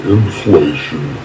Inflation